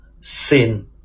sin